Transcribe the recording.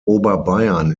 oberbayern